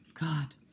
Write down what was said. God